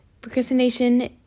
procrastination